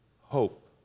hope